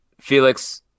Felix